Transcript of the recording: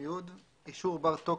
אישור בר-תוקף,